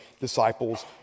disciples